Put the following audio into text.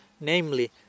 namely